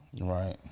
right